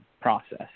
process